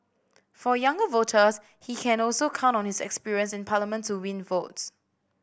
for younger voters he can also count on his experience in Parliament to win votes